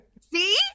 See